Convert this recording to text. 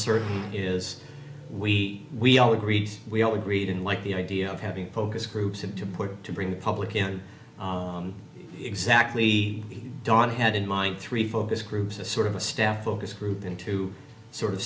ain is we we all agreed we all agreed and like the idea of having focus groups and to put to bring the public in exactly don had in mind three focus groups a sort of a staff locus group into sort of